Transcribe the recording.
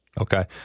Okay